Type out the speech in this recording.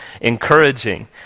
encouraging